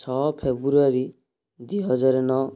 ଛଅ ଫେବୃଆରୀ ଦୁଇହଜାର ନଅ